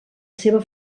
seva